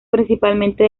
principalmente